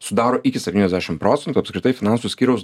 sudaro iki septyniasdešim procentų apskritai finansų skyriaus